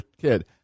kid